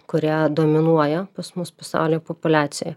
kurie dominuoja pas mus pasaulio populiacijoje